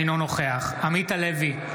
אינו נוכח עמית הלוי,